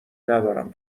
ندارم